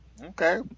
Okay